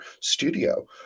studio